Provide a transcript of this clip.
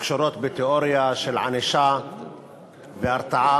הקשורות בתיאוריה של ענישה והרתעה,